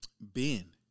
Ben